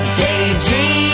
daydream